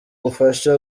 ubufasha